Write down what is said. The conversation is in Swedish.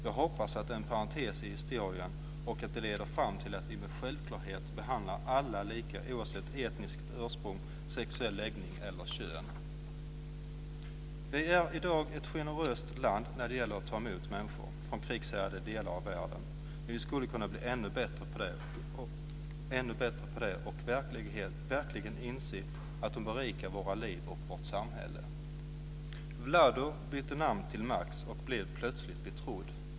Jag hoppas att detta är en parentes i historien och att planen leder fram till att vi med självklarhet behandlar alla lika, oavsett etniskt ursprung, sexuell läggning eller kön. Vi är i dag ett generöst land när det gäller att ta emot människor från krigshärjade delar av världen. Men vi skulle kunna bli ännu bättre på det och verkligen inse att de berikar våra liv och vårt samhälle. Wlado bytte namn till Max och blev plötsligt betrodd.